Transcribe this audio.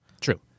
True